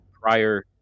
prior